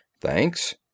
Thanks